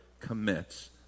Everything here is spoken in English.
commits